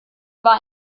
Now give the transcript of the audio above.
war